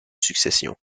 succession